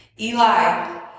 Eli